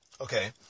Okay